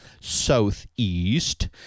Southeast